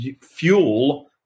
fuel